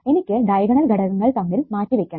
എനിക്ക് ഡയഗണൽ ഘടകങ്ങൾ തമ്മിൽ മാറ്റി വെക്കണം